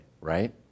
right